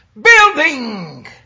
building